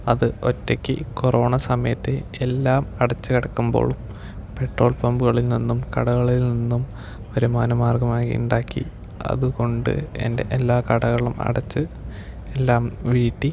അത് ഒറ്റയ്ക്ക് കൊറോണ സമയത്ത് എല്ലാം അടച്ചു കിടക്കുമ്പോൾ പെട്രോൾ പമ്പുകളിൽ നിന്നും കടകളിൽ നിന്നും വരുമാന മാർഗ്ഗമായി ഉണ്ടാക്കി അതുകൊണ്ട് എൻ്റെ എല്ലാ കടങ്ങളും അടച്ച് എല്ലാം വീട്ടി